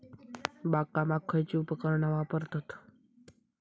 बागकामाक खयची उपकरणा वापरतत?